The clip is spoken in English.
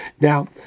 Now